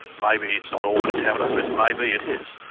maybe it's not all contaminated but maybe it is,